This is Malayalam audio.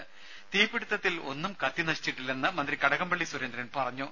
ദർദ തീപിടിത്തത്തിൽ ഒന്നും കത്തിനശിച്ചിട്ടില്ലെന്ന് മന്ത്രി കടകംപള്ളി സുരേന്ദ്രൻ പറഞ്ഞു